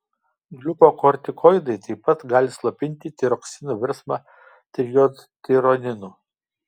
gliukokortikoidai taip pat gali slopinti tiroksino virsmą trijodtironinu